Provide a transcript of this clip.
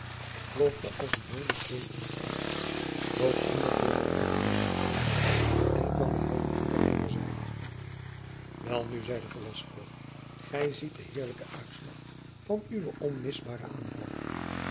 plofte als een molensteen in het water dook onder voor de op hem geloste schoten en kwam behouden aan de overzijde welnu zeide velasco gij ziet den heerlijken uitslag van uwen onmisbaren aanval